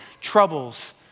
troubles